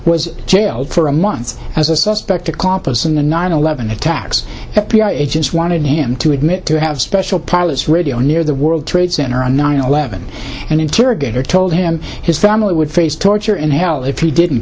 was jailed for a month as a suspect accomplice in the nine eleven attacks f b i agents wanted him to admit to have special powers radio near the world trade center on nine eleven and interrogator told him his family would face torture in hell if he didn't